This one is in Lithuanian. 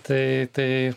tai tai